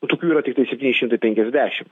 tokių yra tiktai septyni šimtai penkiasdešimt